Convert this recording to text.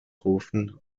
rufen